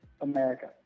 America